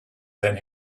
than